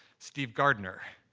steve gardner.